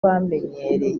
bamenyereye